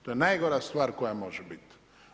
To je najgora stvar koja može biti.